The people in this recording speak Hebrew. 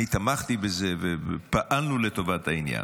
אני תמכתי בזה ופעלנו לטובת העניין,